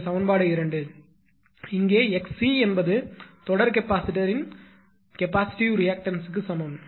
இது சமன்பாடு 2 இங்கே 𝑥𝑐 என்பது தொடர் கெபாசிட்டரின் கெபாசிட்டிவ் ரியாக்டன்ஸ் க்கு சமம்